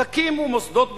תקימו מוסדות בשבילם,